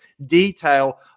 detail